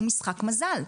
הוא משחק מזל.